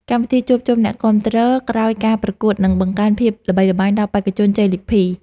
កម្មវិធីជួបជុំអ្នកគាំទ្រក្រោយការប្រកួតនឹងបង្កើនភាពល្បីល្បាញដល់បេក្ខជនជ័យលាភី។